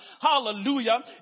hallelujah